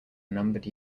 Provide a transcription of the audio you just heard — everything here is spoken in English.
numbered